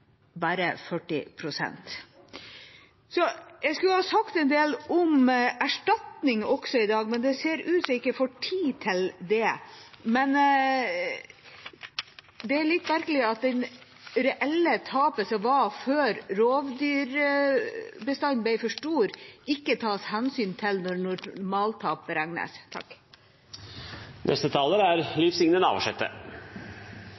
bare er 40 pst. Jeg skulle ha sagt en del om erstatning også i dag, men det ser ut til at jeg ikke får tid til det. Men det er litt ergerlig at det reelle tapet som var før rovdyrbestanden ble for stor, ikke tas hensyn til når normaltap beregnes.